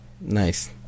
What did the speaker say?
Nice